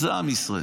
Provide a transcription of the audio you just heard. זה עם ישראל.